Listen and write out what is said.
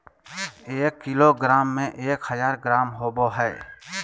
एक किलोग्राम में एक हजार ग्राम होबो हइ